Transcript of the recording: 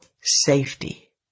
safety